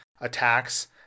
attacks